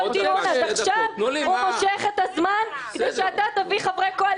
אז עכשיו הוא מושך את הזמן כדי שאתה תביא חברי קואליציה.